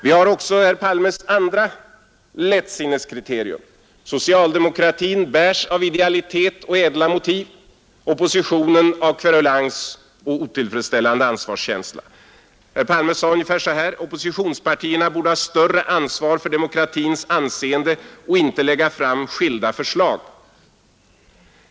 Vi har också herr Palmes andra lättsinneskriterium: socialdemokratin bärs av idealitet och ädla motiv, oppositionen av kverulans och otillfredsställande ansvarskänsla. Herr Palme sade ungefär så här: Oppositionspartierna borde ha större ansvar för demokratins anseende och inte lägga fram skilda förslag.